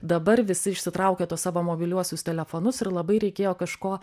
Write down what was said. dabar visi išsitraukia tuos savo mobiliuosius telefonus ir labai reikėjo kažko